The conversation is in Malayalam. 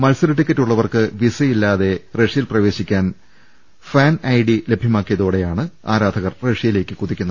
മത്സര ടിക്കറ്റ് ഉള്ളവർക്ക് വിസയില്ലാതെ റഷ്യയിൽ പ്രവേശിക്കാൻ ഫാൻ ഐ ഡി ലഭ്യമാക്കിയതോ ടെയാണ് ആരാധകർ റഷ്യയിലേക്ക് കുതിക്കുന്നത്